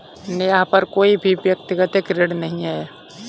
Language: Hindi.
नेहा पर कोई भी व्यक्तिक ऋण नहीं है